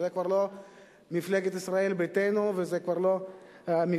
זה כבר לא מפלגת ישראל ביתנו וזה כבר לא מפלגות